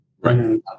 right